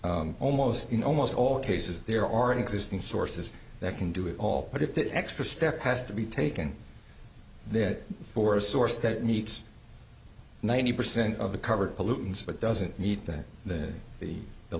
true almost in almost all cases there already existing sources that can do it all but if that extra step has to be taken then for a source that needs ninety percent of the covered pollutants but doesn't meet that the the the